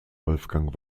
wolfgang